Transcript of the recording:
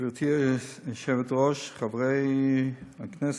גברתי היושבת-ראש, חברי הכנסת,